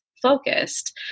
focused